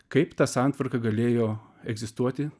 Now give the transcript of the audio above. kaip ta santvarka galėjo egzistuoti